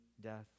death